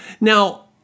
Now